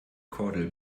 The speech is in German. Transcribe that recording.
kordel